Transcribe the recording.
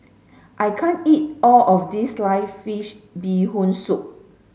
I can't eat all of this sliced fish bee hoon soup